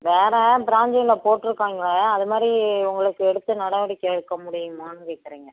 வேறு ப்ராஞ்ச்சில் போட்டிருக்காய்ங்க அது மாதிரி உங்களுக்கு எடுத்து நடவடிக்கை எடுக்க முடியுமான்னு கேட்கறேங்க